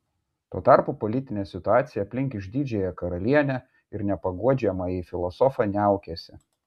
tuo tarpu politinė situacija aplink išdidžiąją karalienę ir nepaguodžiamąjį filosofą niaukėsi